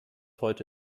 heute